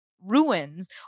ruins